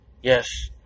Yes